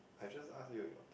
I just ask you your turn